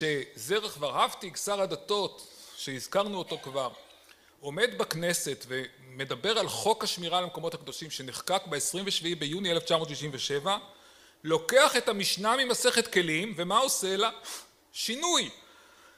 שזרח ורהפטיג שר הדתות שהזכרנו אותו כבר עומד בכנסת ומדבר על חוק השמירה על המקומות הקדושים שנחקק ב27 ביוני אלף תשע מאות וששבע לוקח את המשנה ממסכת כלים ומה עושה לה? שינוי